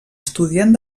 estudiant